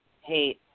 hey